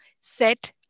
set